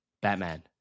Batman